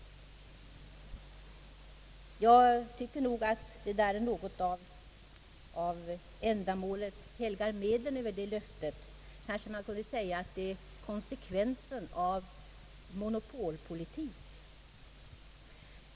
Jag tycker nog att det är något av ändamålet-helgar-medlen över det löftet. Kanske man kunde säga att det är konsekvensen av monopolpolitik.